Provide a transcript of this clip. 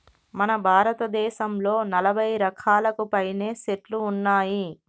మన భారతదేసంలో నలభై రకాలకు పైనే సెట్లు ఉన్నాయి